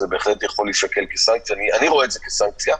זה בהחלט יכול להישקל כסנקציה אני רואה את זה כסנקציה,